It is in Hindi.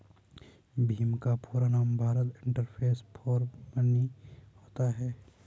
भीम का पूरा नाम भारत इंटरफेस फॉर मनी होता है